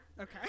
okay